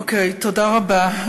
אוקיי, תודה רבה.